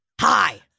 Hi